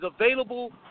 available